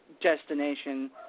Destination